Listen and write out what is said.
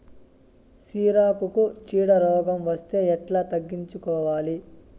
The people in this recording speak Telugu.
సిరాకుకు చీడ రోగం వస్తే ఎట్లా తగ్గించుకోవాలి?